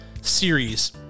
series